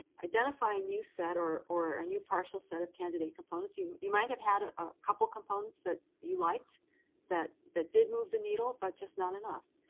identify a new set or or a new partial set of candidate components. you you might have had a couple components that you liked that that did move the needle, but just not enough.